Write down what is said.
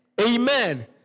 Amen